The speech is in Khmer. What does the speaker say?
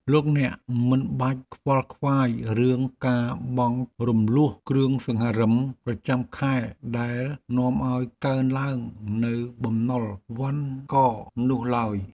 លោកអ្នកមិនបាច់ខ្វល់ខ្វាយរឿងការបង់រំលស់គ្រឿងសង្ហារិមប្រចាំខែដែលនាំឱ្យកើនឡើងនូវបំណុលវណ្ឌកនោះឡើយ។